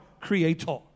creator